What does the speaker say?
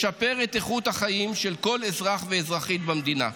לשפר את איכות החיים של כל אזרח ואזרחית במדינה.